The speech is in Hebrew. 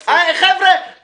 חבר'ה,